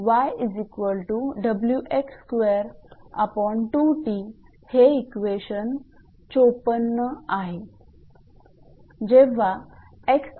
हे इक्वेशन 54 आहे